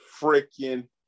freaking